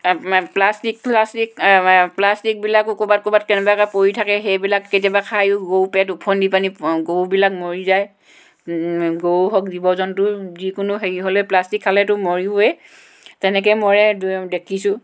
plastic ফ্লাষ্টিক প্লাষ্টিকবিলাকো ক'ৰবাত ক'ৰবাত কেনেবাকৈ পৰি থাকে সেইবিলাক কেতিয়াবা খায়ো গৰু পেট উফন্দি পানি গৰুবিলাক মৰি যায় গৰু হওঁক জীৱ জন্তু যিকোনো হেৰি হ'লে প্লাষ্টিক খালেতো মৰিবই তেনেকৈ মৰে দেখিছোঁ